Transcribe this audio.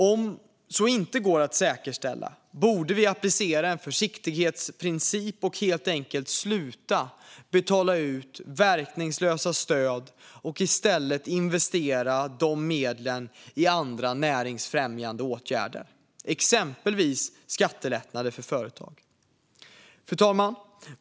Om detta inte går att säkerställa borde vi applicera en försiktighetsprincip och helt enkelt sluta betala ut verkningslösa stöd och i stället investera dessa medel i andra näringsfrämjande åtgärder, exempelvis skattelättnader för företag. Fru talman!